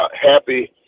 happy